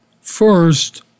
First